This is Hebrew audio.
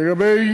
לגבי